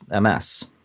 MS